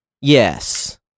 yes